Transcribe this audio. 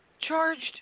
Charged